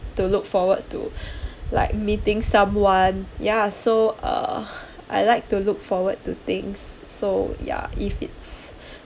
to look forward to like meeting someone ya so uh I like to look forward to things so ya if it's